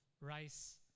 rice